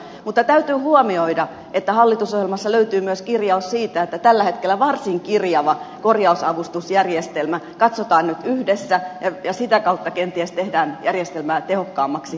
mutta täytyy huomioida että hallitusohjelmasta löytyy myös kirjaus siitä että tällä hetkellä varsin kirjava korjausavustusjärjestelmä katsotaan nyt yhdessä ja sitä kautta kenties tehdään järjestelmää tehokkaammaksi ja paremmaksi